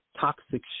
toxic